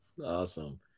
Awesome